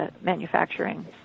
manufacturing